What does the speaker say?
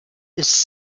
ist